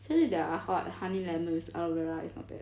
actually their ho~ honey lemon with aloe vera is not bad